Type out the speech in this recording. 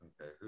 Okay